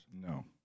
No